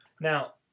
Now